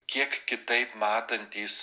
kiek kitaip matantys